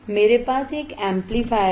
मेरे पास एक एम्पलीफायर है